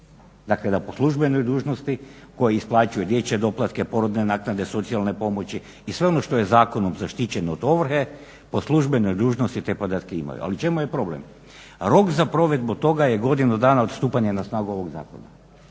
Dakle da po službenoj dužnosti koji isplaćuju dječje doplatke, porodne naknade, socijalne pomoći i sve ono što je zakonom zaštićeno od ovrhe po službenoj dužnosti te podatke imaju. Ali u čemu je problem? Rok za provedbu toga je godinu dana od stupanja na snagu ovoga zakona,